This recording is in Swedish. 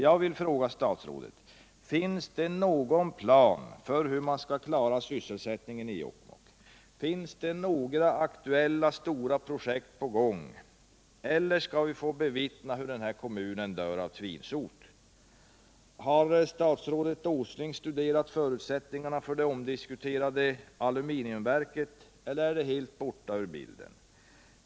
Jag vill fråga statsrådet Åsling: Finns det någon plan för hur man skall klara sysselsättningen i Jokkmokk? Är några stora projekt på gång eller skall vi få bevittna hur den här kommunen dör av tvinsot? Har statsrådet Åsling diskuterat förutsättningarna för det omdiskuterade aluminiumverket eller är detta helt borta ur bilden?